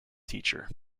teacher